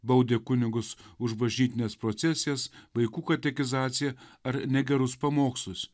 baudė kunigus už bažnytines procesijas vaikų katekizaciją ar negerus pamokslus